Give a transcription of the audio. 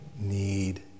need